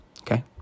Okay